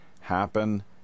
happen